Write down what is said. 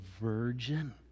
virgin